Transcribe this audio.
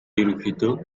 ерөнхийдөө